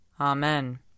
Amen